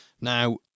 Now